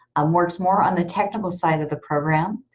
um works more on the technical side of the program.